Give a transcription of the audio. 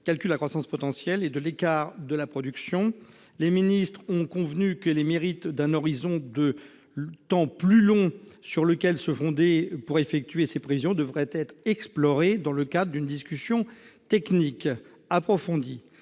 calcul de la croissance potentielle et de l'écart de production. [...] Les ministres ont convenu que les mérites d'un horizon de temps plus long sur lequel se fonder pour effectuer ces prévisions devraient être explorés dans le cadre d'une discussion technique approfondie.